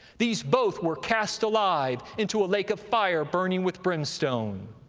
these both were cast alive into a lake of fire burning with brimstone.